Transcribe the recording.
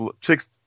chicks